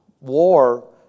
War